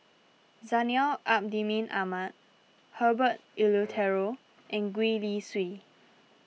Zainal Abidin Ahmad Herbert Eleuterio and Gwee Li Sui